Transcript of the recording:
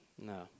no